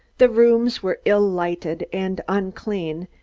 the rooms were ill-lighted and unclean,